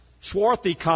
swarthy